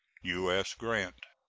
u s. grant.